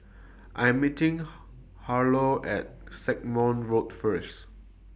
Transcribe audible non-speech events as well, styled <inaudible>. <noise> I Am meeting Harlow At Stagmont Road First